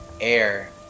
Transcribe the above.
air